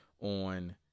On